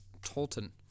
Tolton